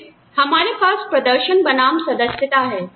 फिर हमारे पास प्रदर्शन बनाम सदस्यता है